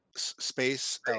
space